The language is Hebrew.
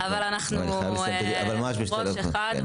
-- אבל אנחנו ראש אחד.